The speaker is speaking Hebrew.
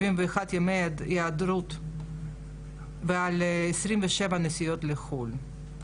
171 ימי היעדרות ועל 27 נסיעות לחו"ל.